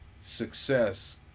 success